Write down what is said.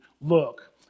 look